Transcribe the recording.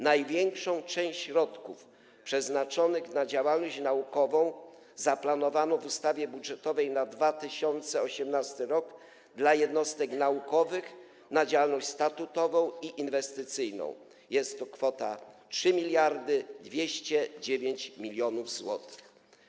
Największą część środków przeznaczonych na działalność naukową zaplanowano w ustawie budżetowej na 2018 r. dla jednostek naukowych na działalność statutową i inwestycyjną, jest to kwota 3209 mln zł.